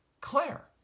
Claire